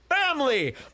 family